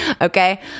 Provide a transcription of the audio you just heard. Okay